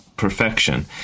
perfection